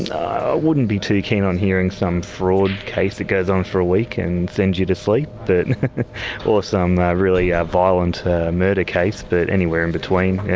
i wouldn't be too keen on hearing some fraud case that goes on for a week and sends you to sleep, or some really ah violent murder case. but anywhere in between, yeah.